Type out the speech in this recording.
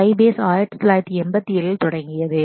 Sybase 1987 இல் தொடங்கியது